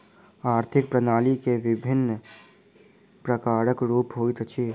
आर्थिक प्रणाली के विभिन्न प्रकारक रूप होइत अछि